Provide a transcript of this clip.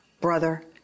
brother